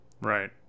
Right